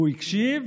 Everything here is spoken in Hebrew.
הוא הקשיב,